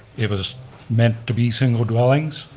it was meant to be single dwellings.